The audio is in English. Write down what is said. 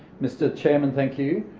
mr chairman, thank you.